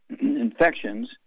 infections